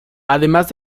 además